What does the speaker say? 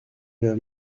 vers